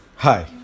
Hi